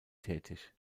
tätig